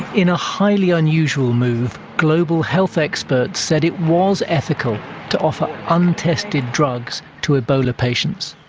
in a highly unusual move, global health experts said it was ethical to offer untested drugs to ebola patients.